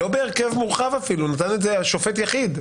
אפילו לא בהרכב מורחב אלא נתן את זה שופט יחיד,